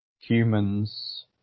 humans